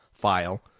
file